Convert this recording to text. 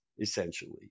essentially